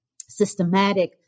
systematic